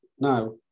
Now